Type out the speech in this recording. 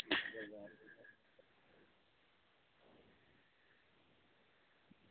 अ